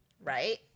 right